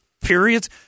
periods